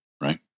right